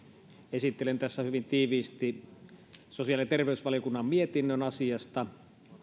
esittelen tässä hyvin tiiviisti sosiaali ja terveysvaliokunnan mietinnön asiasta